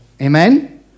Amen